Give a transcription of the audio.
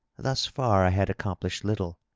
thus far i had accomplished little.